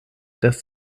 dass